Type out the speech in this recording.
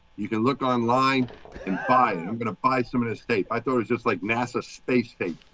you can look online and buy i'm going to buy some of this tape. i thought it's just like nasa space tape.